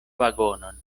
vagonon